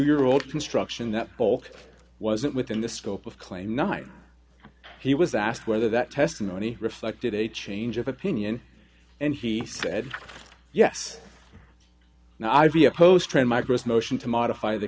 year old construction that bulk wasn't within the scope of claimed night he was asked whether that testimony reflected a change of opinion and he said yes now i ve oppose trend micro's motion to modify the